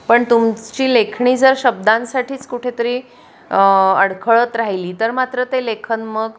पण तुमची लेखणी जर शब्दांसाठीच कुठेतरी अडखळत राहिली तर मात्र ते लेखन मग